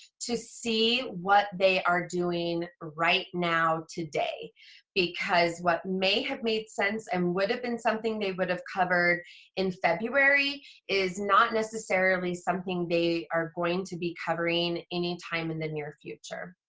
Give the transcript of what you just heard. to see what they are doing right now today because what may have made sense and would have been something they would have covered in february is not necessarily something they are going to be covering anytime in the near future.